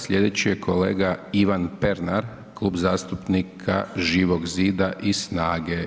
Sljedeći je kolega Ivan Pernar, Klub zastupnika Živog zida i SNAGA-e.